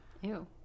Ew